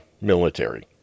military